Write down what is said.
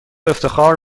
افتخار